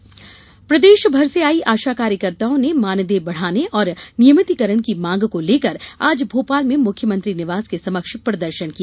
आशा कार्यकर्ता प्रदर्शन प्रदेश भर से आई आशा कार्यकर्ताओं ने मानदेय बढ़ाने और नियमितीकरण की मांग को लेकर आज भोपाल में मुख्यमंत्री निवास के समक्ष प्रदर्शन किया